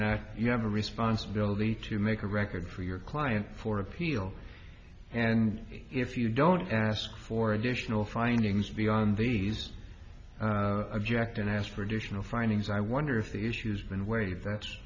not you have a responsibility to make a record for your client for appeal and if you don't ask for additional findings beyond these object and ask for additional findings i wonder if the issue's been wave that's